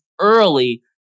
early